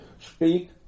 speak